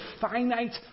finite